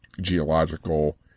geological